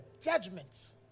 Judgments